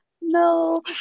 No